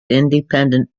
independent